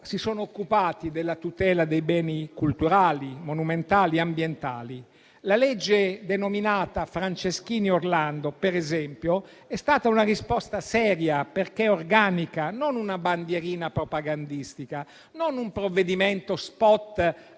si sono occupati della tutela dei beni culturali, monumentali e ambientali. La legge denominata Franceschini-Orlando, per esempio, è stata una risposta seria perché organica, non una bandierina propagandistica, né un provvedimento *spot*